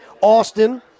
Austin